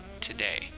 today